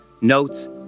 notes